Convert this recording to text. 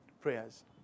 prayers